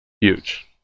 Huge